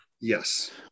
Yes